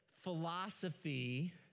philosophy